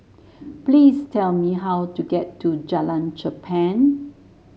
please tell me how to get to Jalan Cherpen